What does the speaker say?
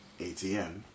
ATM